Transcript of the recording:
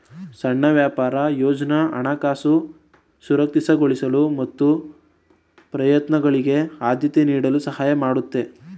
ಸಣ್ಣ ವ್ಯಾಪಾರ ಯೋಜ್ನ ಹಣಕಾಸು ಸುರಕ್ಷಿತಗೊಳಿಸಲು ಮತ್ತು ಪ್ರಯತ್ನಗಳಿಗೆ ಆದ್ಯತೆ ನೀಡಲು ಸಹಾಯ ಮಾಡುತ್ತೆ